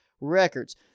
records